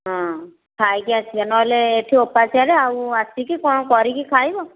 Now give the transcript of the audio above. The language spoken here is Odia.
ହଁ ଖାଇକି ଆସିବା ନହେଲେ ଏଠି ଓପାସରେ ଆସିକି କ'ଣ କରିକି ଖାଇହେବ